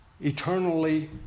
eternally